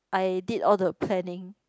I did all the planning